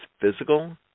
physical